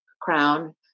crown